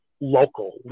local